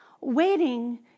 waiting